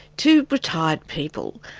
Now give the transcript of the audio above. to retired people.